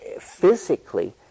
Physically